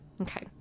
okay